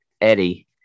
eddie